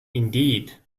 indeed